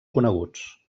coneguts